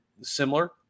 similar